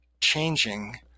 changing